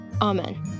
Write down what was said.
Amen